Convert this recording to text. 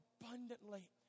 abundantly